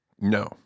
No